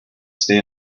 stay